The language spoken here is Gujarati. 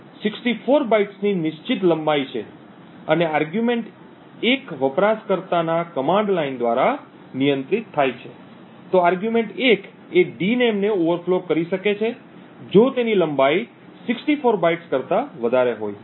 તેથી ડિનેમ માં 64 બાઇટ્સની નિશ્ચિત લંબાઈ છે અને આર્ગ્યૂમેન્ટ 1 વપરાશકર્તાના કમાંડ લાઈન દ્વારા નિયંત્રિત થાય છે તો આર્ગ્યુમેન્ટ 1 એ ડિનેમ ને ઓવરફ્લો કરી શકે છે જો તેની લંબાઈ 64 બાઇટ્સ કરતા વધારે હોય